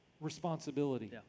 responsibility